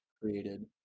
created